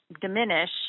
diminish